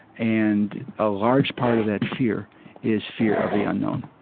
and a large part of that fear is fear of the unknown.